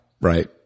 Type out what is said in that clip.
right